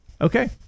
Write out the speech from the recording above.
Okay